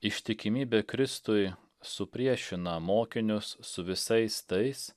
ištikimybė kristui supriešina mokinius su visais tais